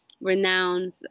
renowned